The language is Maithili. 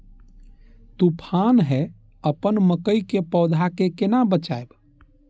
तुफान है अपन मकई के पौधा के केना बचायब?